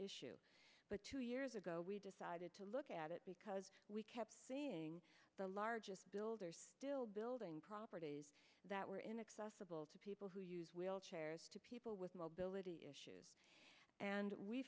issue but two years ago we decided to look at it because we kept seeing the largest builders still building properties that were inaccessible to people who use wheelchairs to people with mobility issues and we